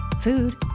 Food